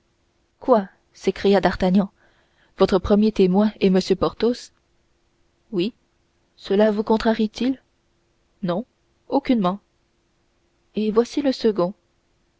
quoi s'écria d'artagnan votre premier témoin est m porthos oui cela vous contrarie t il non aucunement et voici le second